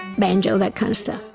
banjo that kind of stuff.